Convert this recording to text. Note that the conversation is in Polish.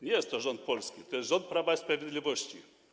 Nie jest to rząd polski, to jest rząd Prawa i Sprawiedliwości.